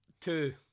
Two